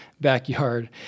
backyard